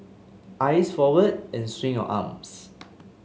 eyes forward and swing your arms